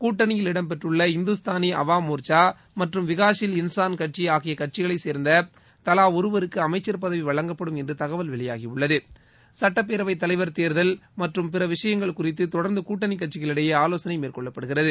கூட்டனியில் இடம்பெற்றுள்ள இந்துஸ்தானி அவாம் மோர்ச்சா மற்றம் விகாஷில் இன்சாள் கட்சி ஆகிய கட்சிகளைச் சேர்ந்த தலா ஒருவருக்கு அமைச்சர் பதவி வழங்கப்படும் என்று தகவல் வெளியாகியுள்ளது சட்டப்பேரவைத் தலைவர் தேர்தல் மற்றும் பிற விஷயங்கள் குறித்து தொடர்ந்து கூட்டணிக் கட்சிகளிடையே ஆலோசனை மேற்கொள்ளப்படுகிறது